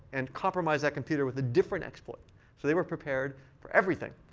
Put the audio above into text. and compromise that computer with a different export. so they were prepared for everything.